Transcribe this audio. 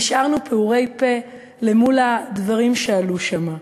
נשארנו פעורי פה למול הדברים שעלו שם.